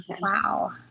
Wow